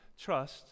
trust